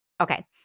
Okay